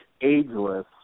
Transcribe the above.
ageless